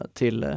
till